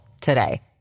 today